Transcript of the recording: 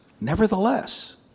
Nevertheless